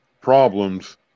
problems